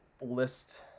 list